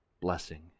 Blessing